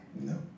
No